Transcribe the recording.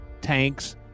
tanks